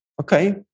Okay